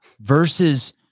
Versus